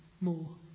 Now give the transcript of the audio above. more